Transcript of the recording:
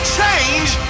change